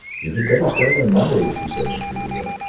you had better start on monday, she said to juliet.